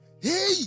Hey